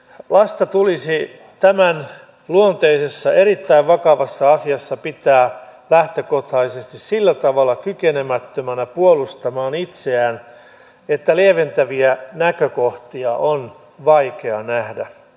lasta tulisi tämänluonteisessa erittäin vakavassa asiassa pitää lähtökohtaisesti sillä tavalla kykenemättömänä puolustamaan itseään että lieventäviä näkökohtia on vaikea nähdä